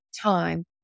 time